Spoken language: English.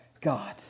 God